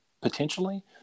potentially